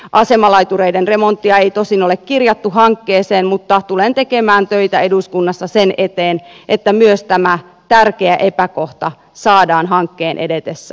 asemalaitureiden remonttia ei tosin ole kirjattu hankkeeseen mutta tulen tekemään töitä eduskunnassa sen eteen että myös tämä tärkeä epäkohta saadaan hankkeen edetessä korjattua